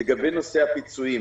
לגבי נושא הפיצויים,